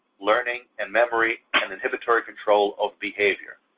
learning and memory, and inhibitory control of behavior.